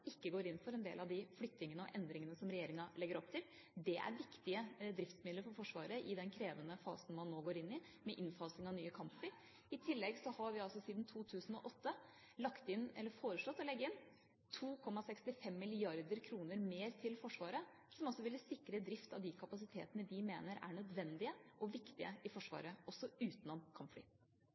ikke går inn for en del av de flyttingene og endringene som regjeringa legger opp til. Det er viktige driftsmidler for Forsvaret i den krevende fasen man nå går inn i, med innfasing av nye kampfly. I tillegg har vi altså siden 2008 foreslått å legge inn 2,65 mrd. kr mer til Forsvaret, som altså ville sikre drift av de kapasitetene vi mener er nødvendige og viktige i Forsvaret, også utenom kampfly.